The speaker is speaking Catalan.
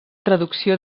traducció